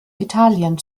italien